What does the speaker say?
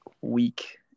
week